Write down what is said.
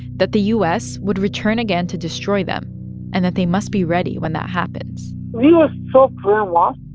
that the u s. would return again to destroy them and that they must be ready when that happens we were so brainwashed.